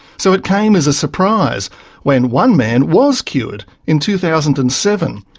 so it came as a surprise when one man was cured in two thousand and seven,